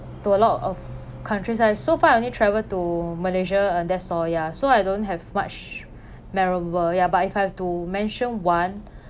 to a lot of countries I've so far only travel to malaysia and that's all ya so I don't have much memorable ya but if I have to mention one